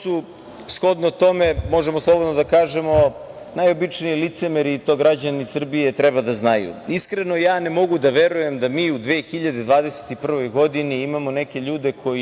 shodno tome možemo slobodno da kažemo, najobičniji licemeri i to građani Srbije treba da znaju. Iskreno, ja ne mogu da verujem da mi u 2021. godini imamo neke ljude koji